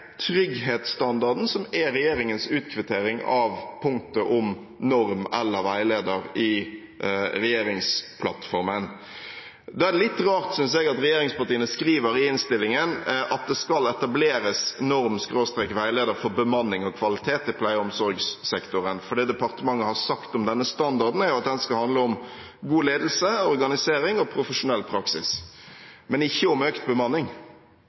litt rart at regjeringspartiene skriver i innstillingen at det skal etableres «en norm/veileder for bemanning og kvalitet i pleie- og omsorgssektoren», for det departementet har sagt om denne standarden, er at den skal handle om god ledelse, organisering og profesjonell praksis – men ikke om økt bemanning.